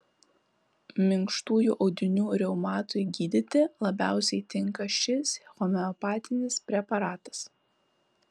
minkštųjų audinių reumatui gydyti labiausiai tinka šis homeopatinis preparatas